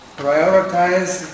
prioritize